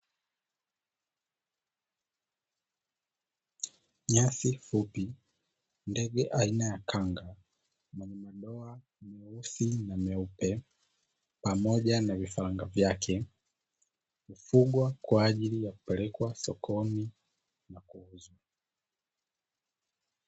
Nyasi fupi, ndege aina ya kanga wenye madoa meusi na meupe, pamoja na vifaranga vyake hufugwa kwa ajili ya kupelekwa sokoni na kuuzwa.